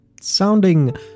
sounding